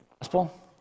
gospel